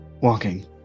Walking